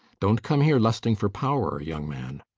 don't come here lusting for power, young man.